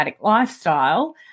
lifestyle